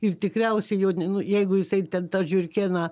ir tikriausiai jo ne nu jeigu jisai ten tą žiurkėną